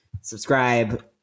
Subscribe